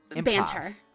banter